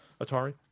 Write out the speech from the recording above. Atari